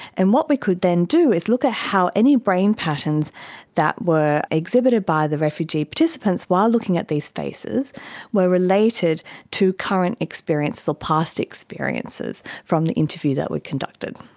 and what we could then do is look at ah how any brain patterns that were exhibited by the refugee participants while looking at these faces were related to current experiences or past experiences from the interview that we conducted.